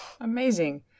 Amazing